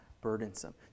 burdensome